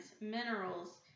minerals